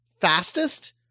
fastest